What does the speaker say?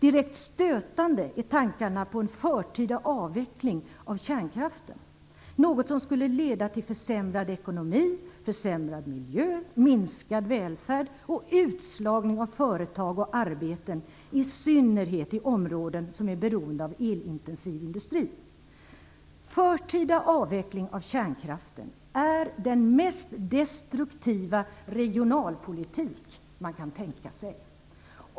Direkt stötande är tankarna på en förtida avveckling av kärnkraften, något som skulle leda till försämrad ekonomi, försämrad miljö, minskad välfärd och utslagning av företag och arbeten, i synnerhet i områden som är beroende av elintensiv industri. Förtida avveckling av kärnkraften är den mest destruktiva regionalpolitik man kan tänka sig.